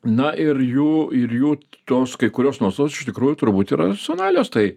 na ir jų ir jų tos kai kurios nuostatos iš tikrųjų turbūt yra sonalios tai